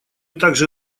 также